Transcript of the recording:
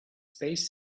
space